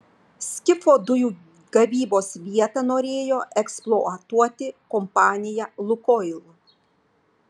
skifo dujų gavybos vietą norėjo eksploatuoti kompanija lukoil